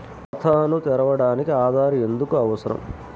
ఖాతాను తెరవడానికి ఆధార్ ఎందుకు అవసరం?